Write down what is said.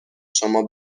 شما